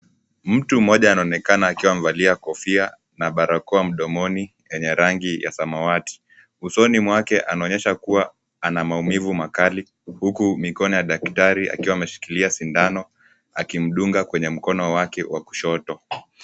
Mtu mmoja anaonekana akiwa amevalia kofia na barakoa mdomoni yenye rangi ya samawati. Usoni mwake anaonyesha kuwa ana maumivu makali huku mikono ya daktari akiwa ameshikilia sindano akimdunga kwenye mkono wake wa kushoto.